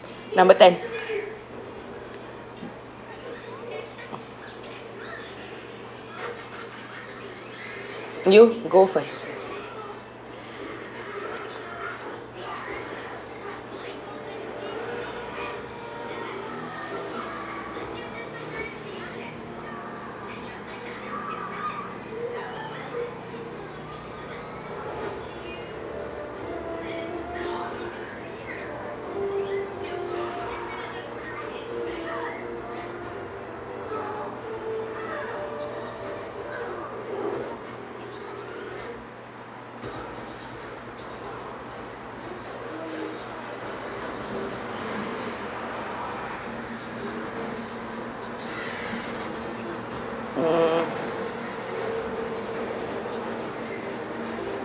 number ten you go first mm